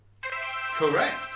correct